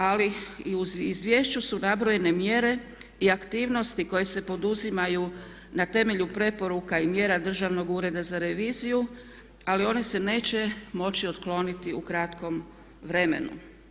Ali i u izvješću su nabrojene mjere i aktivnosti koje se poduzimaju na temelju preporuka i mjera državnog ureda za reviziju ali one se neće moći otkloniti u kratkom vremenu.